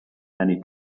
many